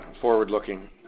forward-looking